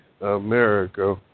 America